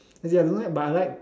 as in I don't know leh but I like